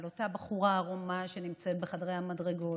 אותה בחורה עירומה שנמצאת בחדרי המדרגות,